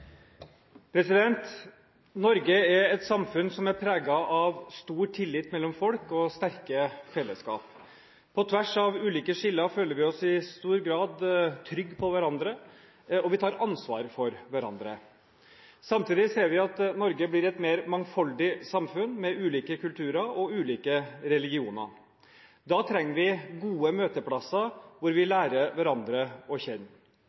Norge er et samfunn som er preget av stor tillit mellom folk og sterke fellesskap. På tvers av ulike skiller føler vi oss i stor grad trygge på hverandre, og vi tar ansvar for hverandre. Samtidig ser vi at Norge blir et mer mangfoldig samfunn med ulike kulturer og ulike religioner. Da trenger vi gode møteplasser hvor vi lærer hverandre å kjenne.